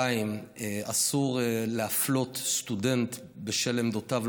2. אסור להפלות סטודנט בשל עמדותיו,